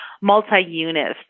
multi-units